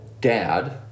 dad